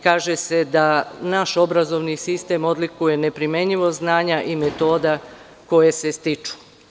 Kaže se da naš obrazovni sistem odlikuje neprimenjivost znanja i metoda koje se stiču.